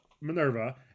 Minerva